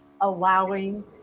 allowing